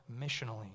missionally